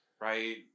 right